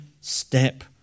step